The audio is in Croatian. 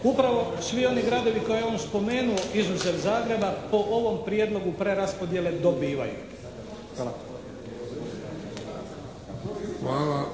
Upravo svi oni gradovi koje je on spomenuo izuzev Zagreba po ovom prijedlogu preraspodjele dobivaju. Hvala.